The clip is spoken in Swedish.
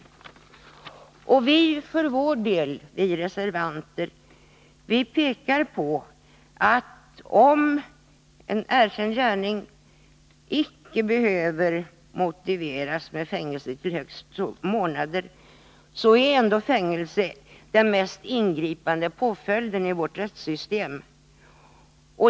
Vi reservanter pekar för vår del på att även om en erkänd gärning enligt förslaget icke behöver motiveras när påföljden bestäms till fängelse i högst sex månader, så är ändå fängelse den mest ingripande påföljden i vårt rättssystem.